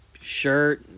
Shirt